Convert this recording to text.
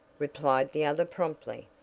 replied the other promptly.